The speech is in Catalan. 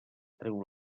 treu